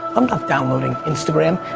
i'm not downloading instagram.